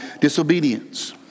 disobedience